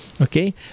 okay